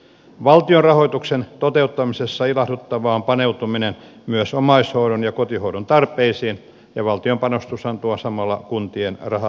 valtionrahoituksen toteuttamisessa ilahduttavaa on paneutuminen myös omaishoidon ja kotihoidon tarpeisiin ja valtion panostushan tuo samalla kuntien rahat mukaan